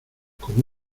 como